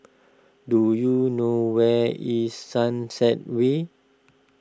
do you know where is Sunset Way